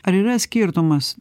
ar yra skirtumas